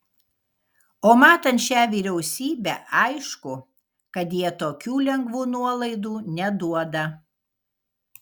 o matant šią vyriausybę aišku kad jie tokių lengvų nuolaidų neduoda